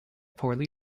poorly